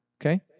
okay